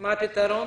מה הפתרון?